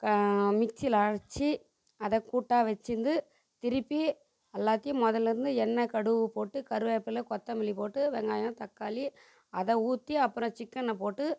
க மிக்ஸியில அரைச்சி அதை கூட்டாக வச்சுருந்து திருப்பி அல்லாத்தையும் முதல்ல இருந்து எண்ணெய் கடுவு போட்டு கருவேப்பிலை கொத்தமல்லி போட்டு வெங்காயம் தக்காளி அதை ஊற்றி அப்புறம் சிக்கனை போட்டு